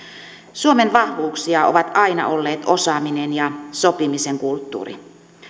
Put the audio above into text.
suomen vahvuuksia ovat aina olleet osaaminen ja sopimisen kulttuuri